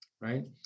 right